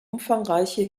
umfangreiche